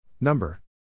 Number